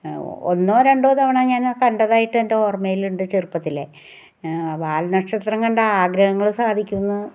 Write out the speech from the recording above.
ഒന്നോ രണ്ടോ തവണ ഞാൻ കണ്ടതായിട്ട് എൻ്റെ ഓർമ്മയിലുണ്ട് ചെറുപ്പത്തിൽ വാൽ നക്ഷത്രം കണ്ടാൽ ആഗ്രഹങ്ങൾ സാധിക്കുമെന്ന്